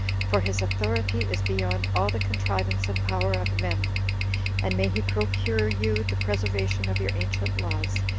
for his authority is beyond all the contrivance and power of men and may he procure you the preservation of your ancient laws,